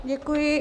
Děkuji.